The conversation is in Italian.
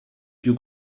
più